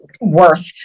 worth